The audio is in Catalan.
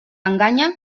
enganya